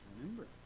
remember